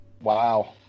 Wow